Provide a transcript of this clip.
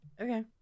Okay